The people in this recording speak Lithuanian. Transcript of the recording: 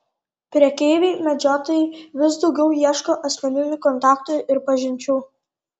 prekeiviai medžiotojai vis daugiau ieško asmeninių kontaktų ir pažinčių